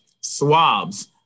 swabs